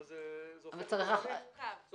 אבל זה הופך את אורנית